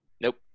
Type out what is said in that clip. Nope